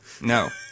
no